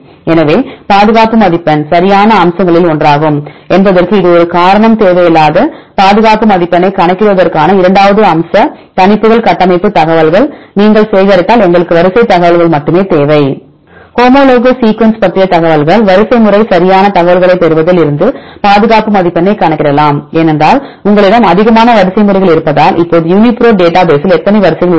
எனவே பாதுகாப்பு மதிப்பெண் சரியான அம்சங்களில் ஒன்றாகும் என்பதற்கு இது ஒரு காரணம் தேவையில்லாத பாதுகாப்பு மதிப்பெண்ணைக் கணக்கிடுவதற்கான இரண்டாவது அம்சம் கணிப்புகள் கட்டமைப்பு தகவல் நீங்கள் சேகரித்தால் எங்களுக்கு வரிசை தகவல் மட்டுமே தேவை ஹோமோலோகஸ் சீக்வென்ஸ் பற்றிய தகவல்கள் வரிசைமுறை சரியான தகவல்களைப் பெறுவதில் இருந்து பாதுகாப்பு மதிப்பெண்ணைக் கணக்கிடலாம் ஏனென்றால் உங்களிடம் அதிகமான வரிசைமுறைகள் இருப்பதால் இப்போது யூனிபிரோட் டேட்டா பேஸில் எத்தனை வரிசைகள் உள்ளன